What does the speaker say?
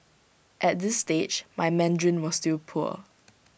at this stage my Mandarin was still poor